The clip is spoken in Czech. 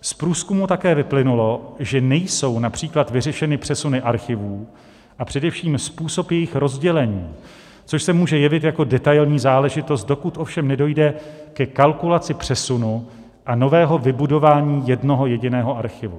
Z průzkumů také vyplynulo, že nejsou například vyřešeny přesuny archivů, a především způsob jejich rozdělení, což se může jevit jako detailní záležitost, dokud ovšem nedojde ke kalkulaci přesunu a nového vybudování jednoho jediného archivu.